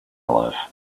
live